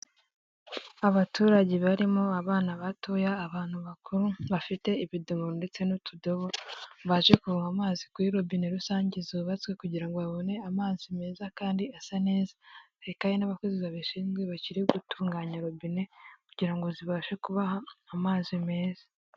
Abaturage barimo abana batoya abantu bakuru bafite ibidomoro ndetse n'utudobo, baje kuvoma amazi kuri robine rusange zubatswe kugirango ngo babone amazi meza kandi asa neza, hakaba hari n'abakozi babishinzwe bakiri gutunganya robine kugira ngo zibashe kubaha amazi meza.